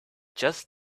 just